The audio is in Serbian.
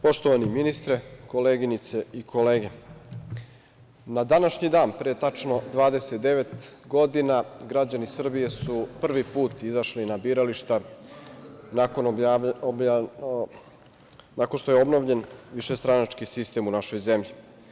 Poštovani ministre, koleginice i kolege, na današnji dan pre tačno 29 godina građani Srbije su prvi put izašli na birališta nakon što je obnovljen višestranački sistem u našoj zemlji.